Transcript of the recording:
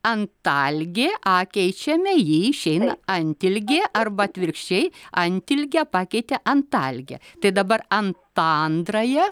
antalgė a keičiame ji išeina antilgė arba atvirkščiai antilgę pakeitė antalge tai dabar antandraja